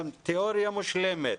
תיאוריה מושלמת